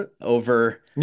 over